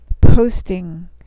posting